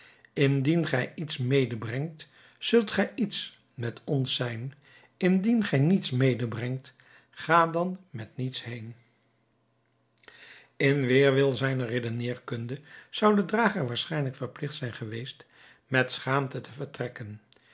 indien gij iets medebrengt zult gij iets met ons zijn indien gij niets medebrengt ga dan met niets heen in weerwil zijner redeneerkunde zou de drager waarschijnlijk verpligt zijn geweest met schaamte te vertrekken